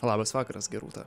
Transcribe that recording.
labas vakaras gerūta